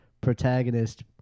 protagonist